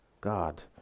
God